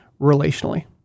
relationally